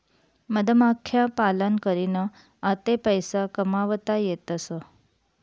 मधमाख्या पालन करीन आते पैसा कमावता येतसं